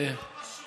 זה לא פשוט.